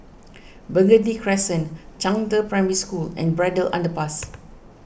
Burgundy Crescent Zhangde Primary School and Braddell Underpass